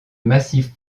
massifs